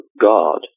God